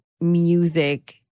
music